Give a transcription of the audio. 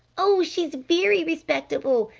oh, she's very respectable,